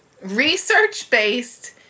research-based